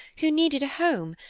who needed a home,